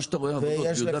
זה קשה מאוד.